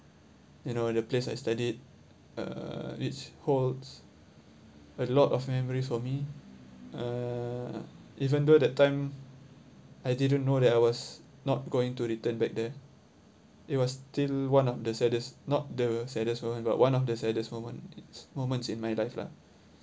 you know the place I studied uh it holds a lot of memories for me uh even though that time I didn't know that I was not going to return back there it was still one of the saddest not the saddest moment but one of the saddest moment its moments in my life lah